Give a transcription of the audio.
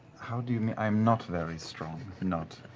how do you mean i'm not very strong, nott.